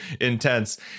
intense